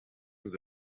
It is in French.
nous